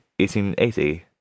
1880